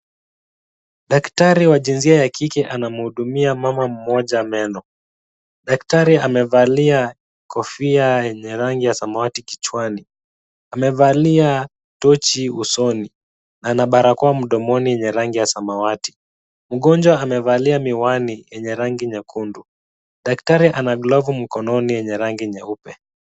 Daktari wa jinsia ya kike anamhudumia mmama mmoja meno. Daktari amevalia kofia yenye rangi ya samawati kichwani, amevalia tochi usoni, ana barakoa mdomoni yenye rangi ya samawati. Mgonjwa maevalia miwani yenye rangi nyekundu. Daktari amevalia glavu yenye rangi nyeupe.